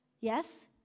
Yes